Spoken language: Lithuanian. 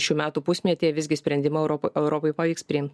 šių metų pusmetyje visgi sprendimo europ europai pavyks priimt